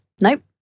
Nope